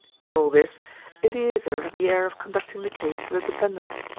in all this eleazer had the air of conducting the case for the defendant.